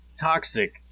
toxic